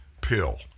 pill